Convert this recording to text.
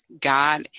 God